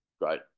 great